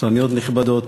קצרניות נכבדות,